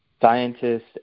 scientists